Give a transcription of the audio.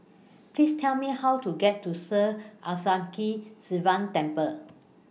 Please Tell Me How to get to Sri Sivan Temple